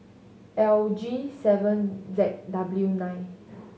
L G seven Z W nine